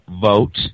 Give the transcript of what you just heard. vote